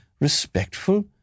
respectful